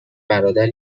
برادر